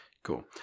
Cool